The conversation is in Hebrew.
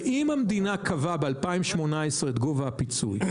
ואם המדינה קבעה ב-2018 את גובה הפיצוי,